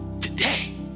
today